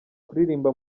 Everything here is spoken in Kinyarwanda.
kuririmba